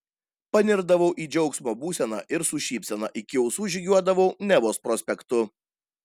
panirdavau į džiaugsmo būseną ir su šypsena iki ausų žygiuodavau nevos prospektu